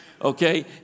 okay